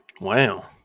Wow